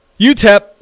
UTEP